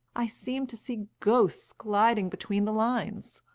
i seem to see ghosts gliding between the lines.